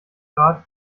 grad